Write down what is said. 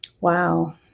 Wow